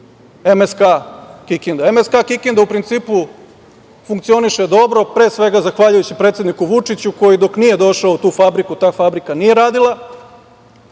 MSK Kikinda. MSK Kikinda funkcioniše dobro, pre svega, predsedniku Vučiću, koji dok nije došao u tu fabriku, ta fabrika nije radila,